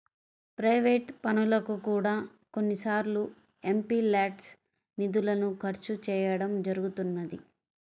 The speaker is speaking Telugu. ప్రైవేట్ పనులకు కూడా కొన్నిసార్లు ఎంపీల్యాడ్స్ నిధులను ఖర్చు చేయడం జరుగుతున్నది